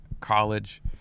college